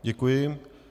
Děkuji.